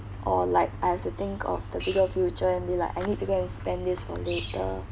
or like I have to think of the bigger future and be like I need to go and spend this for later